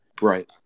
Right